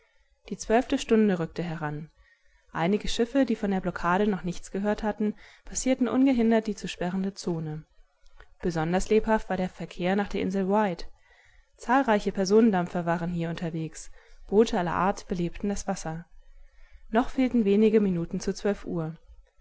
die zwölfte stunde rückte heran einige schiffe die von der blockade noch nichts gehört hatten passierten ungehindert die zu sperrende zone besonders lebhaft war der verkehr nach der insel wight zahlreiche personendampfer waren hier unterwegs boote aller art belebten das wasser noch fehlten wenige minuten zu zwölf uhr